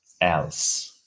else